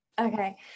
Okay